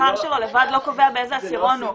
השכר שלו לבד לא קובע באיזה עשירון הוא.